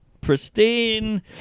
pristine-